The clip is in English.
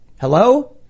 Hello